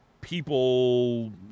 people